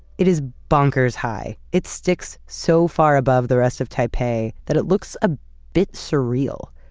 it is bonkers high. it sticks so far above the rest of taipei that it looks a bit surreal.